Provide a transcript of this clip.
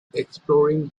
exploring